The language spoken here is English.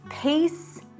peace